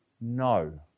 No